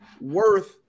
worth